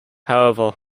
however